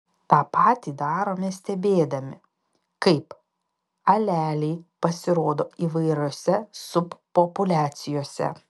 tą patį darome stebėdami kaip aleliai pasirodo įvairiose subpopuliacijose